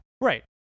Right